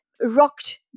rocked